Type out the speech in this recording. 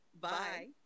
Bye